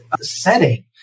setting